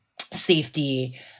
safety